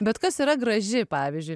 bet kas yra graži pavyzdžiui